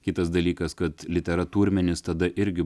kitas dalykas kad literatūrminis tada irgi